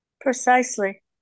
Precisely